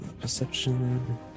perception